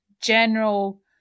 general